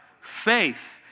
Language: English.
Faith